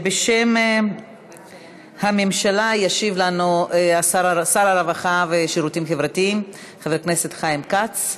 בשם הממשלה ישיב לנו שר הרווחה והשירותים החברתיים חבר הכנסת חיים כץ.